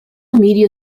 media